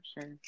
sure